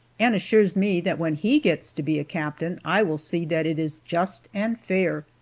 and assures me that when he gets to be a captain i will see that it is just and fair.